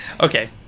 Okay